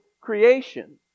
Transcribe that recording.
creation